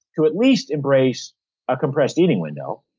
to at least embrace a compressed eating window,